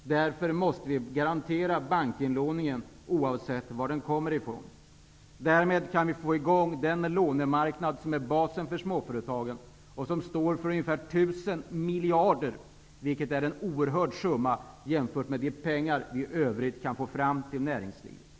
Vi måste därför garantera bankinlåningen, oavsett varifrån den kommer. Därmed kan vi få i gång den lånemarknad som utgör basen för småföretagen och som står för ungefär 1 000 miljarder. Detta är en oerhört stor summa jämfört med de pengar vi i övrigt kan få fram till näringslivet.